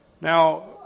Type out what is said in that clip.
Now